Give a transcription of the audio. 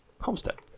Homestead